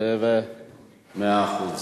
מאה אחוז.